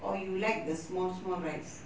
or you like the small small rice